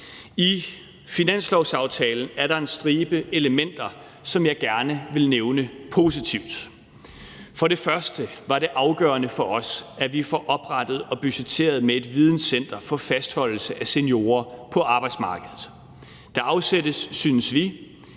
I finanslovsaftalen er der en stribe elementer, som jeg gerne vil nævne positivt. For det første var det afgørende for os, at vi får oprettet og budgetteret med et videncenter for fastholdelse af seniorer på arbejdsmarkedet. Der afsættes, synes vi,